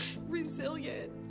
resilient